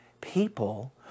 people